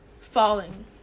falling